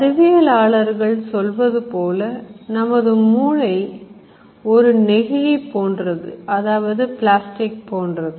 அறிவியலாளர்கள் சொல்வதுபோல நமது மூளை ஒரு நெகிழி போன்றது